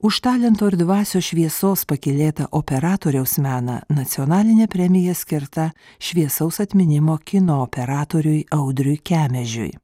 už talento ir dvasios šviesos pakylėtą operatoriaus meną nacionalinė premija skirta šviesaus atminimo kino operatoriui audriui kemežiui